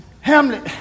Hamlet